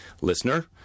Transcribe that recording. Listener